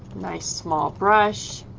nice small brush